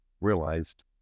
realized